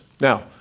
Now